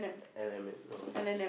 L M N no